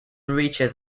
reaches